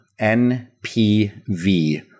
NPV